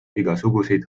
igasuguseid